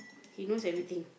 he knows everything